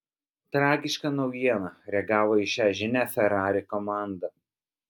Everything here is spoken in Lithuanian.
tragiška naujiena reagavo į šią žinią ferrari komanda